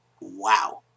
Wow